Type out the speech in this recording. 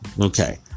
Okay